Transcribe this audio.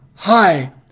Hi